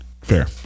Fair